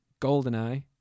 Goldeneye